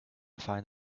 find